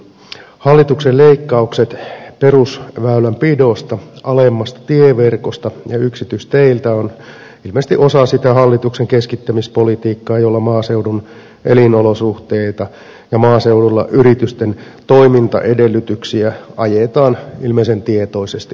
hallituksen leikkaukset perusväylänpidosta alemmasta tieverkosta ja yksityisteiltä ovat ilmeisesti osa sitä hallituksen keskittämispolitiikkaa jolla maaseudun elinolosuhteita ja maaseudun yritysten toimintaedellytyksiä ajetaan ilmeisen tietoisesti alas